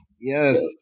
yes